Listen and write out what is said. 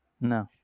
No